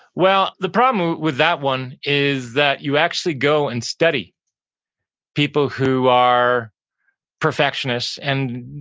well, the problem with that one is that you actually go and study people who are perfectionist and